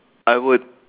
I would